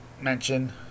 mention